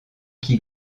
qui